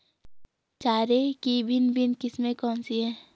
चारे की भिन्न भिन्न किस्में कौन सी हैं?